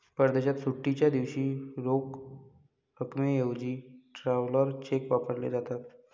परदेशात सुट्टीच्या दिवशी रोख रकमेऐवजी ट्रॅव्हलर चेक वापरले जातात